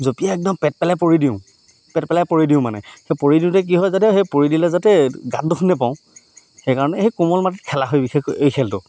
জঁপিয়াই একদম পেট পেলাই পৰি দিওঁ পেট পেলাই পৰি দিওঁ মানে সেই পৰি দিওঁতে কি হয় যাতে সেই পৰি দিলে যাতে গাত দুখ নাপাওঁ সেইকাৰণে সেই কোমল মাটিত খেলা হয় বিশেষকৈ এই খেলটো